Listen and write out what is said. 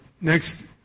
Next